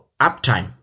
uptime